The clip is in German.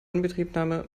inbetriebnahme